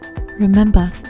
remember